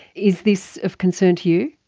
is this of concern to you?